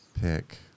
pick